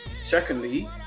secondly